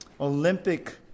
Olympic